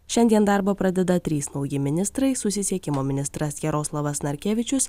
šiandien darbą pradeda trys nauji ministrai susisiekimo ministras jaroslavas narkevičius